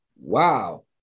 wow